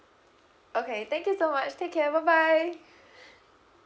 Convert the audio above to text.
okay thank you so much take care bye bye